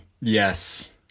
yes